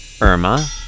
Irma